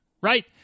Right